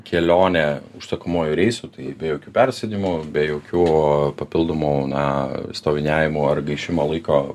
kelionė užsakomuoju reisu tai be jokių persėdimų be jokių papildomų na stoviniavimo ar gaišimo laiko